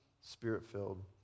Spirit-filled